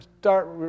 start